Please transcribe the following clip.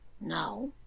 no